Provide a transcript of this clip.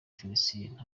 felicien